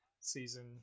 Season